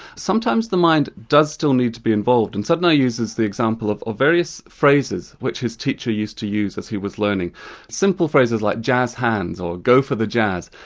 sometimes the mind does still need to be involved. and sudnow uses the example of various phrases which his teacher used to use as he was learning simple phrases like jazz hands or go for the jazz,